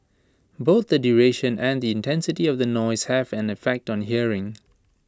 both the duration and the intensity of the noise have an effect on hearing